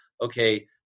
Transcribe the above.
okay